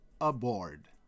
aboard